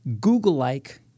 Google-like